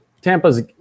Tampa's